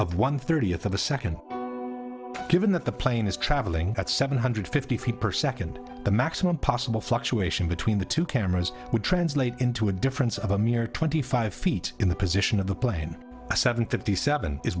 of one thirtieth of a second given that the plane is traveling at seven hundred fifty feet per second the maximum possible fluctuation between the two cameras would translate into a difference of a mere twenty five feet in the position of the plane a seven fifty seven is